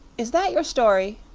is that your story?